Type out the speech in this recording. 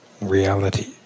reality